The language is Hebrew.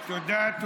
תודה.